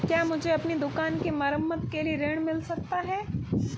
क्या मुझे अपनी दुकान की मरम्मत के लिए ऋण मिल सकता है?